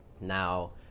Now